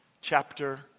chapter